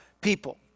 people